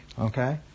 Okay